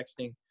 texting